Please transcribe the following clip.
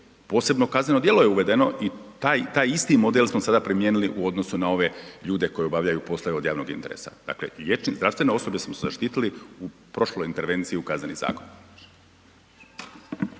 posebno kazneno djelo je uvedeno i taj isti model smo sada primijenili u odnosu na ove ljude koji obavljaju poslove od javnog interesa. Dakle liječnik, zdravstveno osoblje smo zaštitili u prošloj intervenciji u Kazneni zakon.